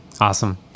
awesome